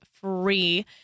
free